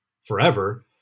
forever